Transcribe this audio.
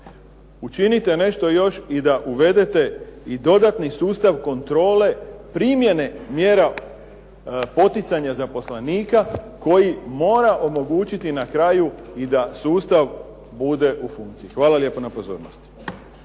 učinite nešto još i da uvedete i dodatni sustav kontrole primjene mjera poticanja zaposlenika koji mora omogućiti na kraju i da sustav bude u funkciji. Hvala lijepo na pozornosti.